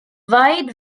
wide